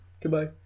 Goodbye